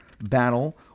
battle